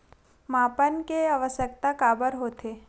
मापन के आवश्कता काबर होथे?